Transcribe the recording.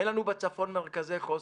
אין לנו בצפון מרכזי חוסן.